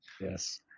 Yes